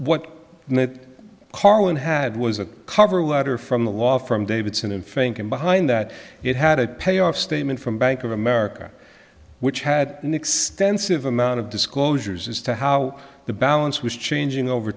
that carlin had was a cover letter from the law firm davidson and frank and behind that it had a payoff statement from bank of america which had an extensive amount of disclosures as to how the balance was changing over